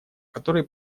которые